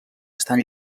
estan